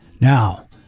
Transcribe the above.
Now